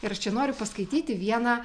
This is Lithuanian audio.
ir aš čia noriu paskaityti vieną